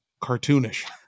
cartoonish